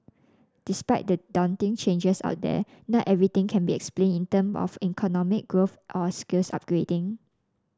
despite the daunting changes out there not everything can be explained in term of economic growth or skills upgrading